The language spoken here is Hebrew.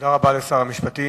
תודה רבה לשר המשפטים.